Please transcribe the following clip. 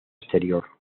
exterior